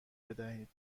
بدهید